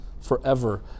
forever